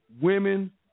women